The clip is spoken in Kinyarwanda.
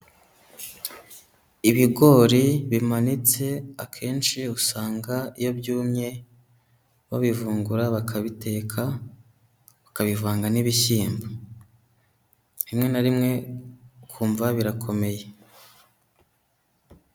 Ibigori bimanitse akenshi usanga iyo byumye babivungura bakabiteka bakabivanga n'ibishyimbo, rimwe na rimwe ukumva birakomeye.